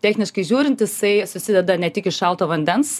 techniškai žiūrint jisai susideda ne tik iš šalto vandens